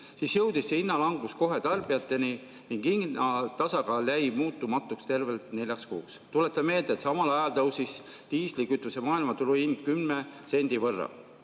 siis jõudis see hinnalangus kohe tarbijateni ning hinnatasakaal jäi muutumatuks tervelt neljaks kuuks. Tuletan meelde, et samal ajal tõusis diislikütuse maailmaturuhind kümne sendi võrra.